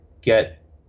get